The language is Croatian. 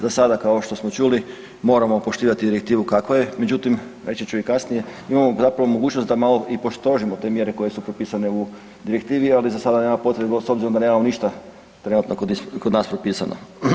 Za sada kao što smo čuli moramo poštivati direktivu kakva je, međutim reći i kasnije mi imamo zapravo mogućnost da malo i postrožimo i te mjere koje su propisane u direktivi, ali za sada nema potrebe s obzirom da nemamo ništa trenutno kod nas propisano.